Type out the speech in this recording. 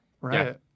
Right